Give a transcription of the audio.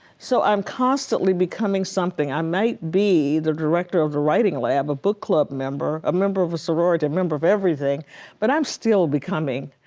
so, i'm constantly becoming something. i might be the director of a writing lab, a book club member, a member of a sorority, a member of everything but i'm still becoming.